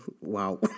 Wow